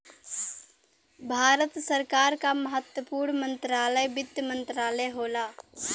भारत सरकार क महत्वपूर्ण मंत्रालय वित्त मंत्रालय होला